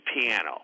piano